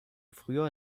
frühjahr